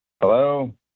Hello